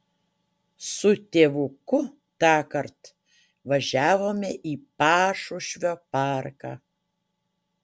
su tėvuku tąkart važiavome į pašušvio parką